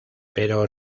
pero